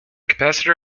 capacitor